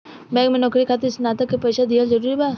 Bank में नौकरी खातिर स्नातक के परीक्षा दिहल जरूरी बा?